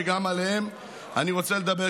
שגם עליהם אני רוצה לדבר.